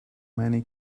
many